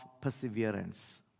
perseverance